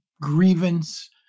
grievance